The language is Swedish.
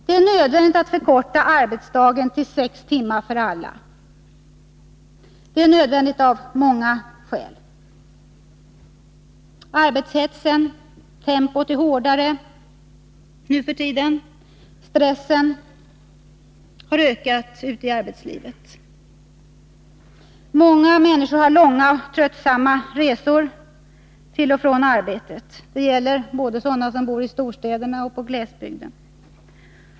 Det är nödvändigt att vi förkortar arbetsdagen till sex timmar för alla. Det är nödvändigt av många skäl. Arbetshetsen är ett skäl. Arbetstempot är hårdare uppdrivet nu för tiden, och stressen i arbetslivet har ökat. Många människor har långa och tröttsamma resor till och från arbetet. Det gäller både dem som bor i storstäderna och dem på glesbygden.